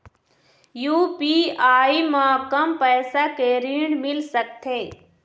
UPI म कम पैसा के ऋण मिल सकथे?